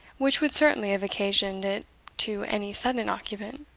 which would certainly have occasioned it to any sudden occupant.